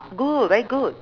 good very good